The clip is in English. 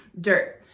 dirt